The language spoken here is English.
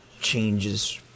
changes